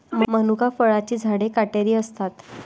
मनुका फळांची झाडे काटेरी असतात